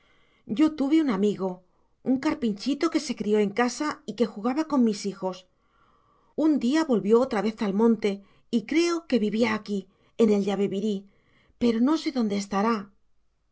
yo tuve un amigo un carpinchito que se crió en casa y que jugaba con mis hijos un día volvió otra vez al monte y creo que vivía aquí en el yabebirí pero no sé dónde estará